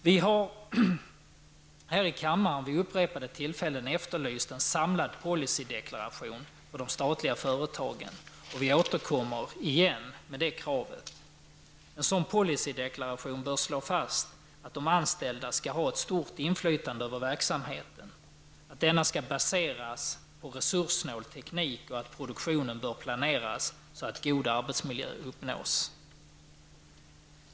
Vi har vid upprepade tillfällen här i kammaren efterlyst en samlad ''policydeklaration'' när det gäller de statliga företagen, och nu återkommer vi med detta krav. En sådan policydeklaration bör slå fast att de anställda skall ha ett stort inflytande över verksamheten, att denna bör baseras på resurssnål teknik och att produktionen bör planeras så att god arbetsmiljö uppnås.